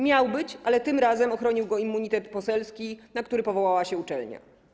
Miał być, ale tym razem ochronił go immunitet poselski, na który powołała się uczelnia.